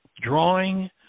Drawing